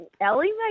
Ellie